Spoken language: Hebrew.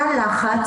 תא לחץ,